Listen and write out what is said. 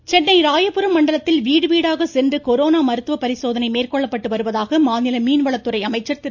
ஜெயகுமார் சென்னை ராயபுரம் மண்டலத்தில் வீடு வீடாக சென்று கொரோனா மருத்துவ பரிசோதனை மேற்கொள்ளப்பட்டு வருவதாக மாநில மீன்வளத்துறை அமைச்சர் திரு